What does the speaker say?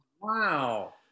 Wow